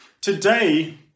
Today